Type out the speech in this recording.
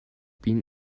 been